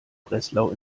breslau